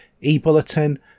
e-bulletin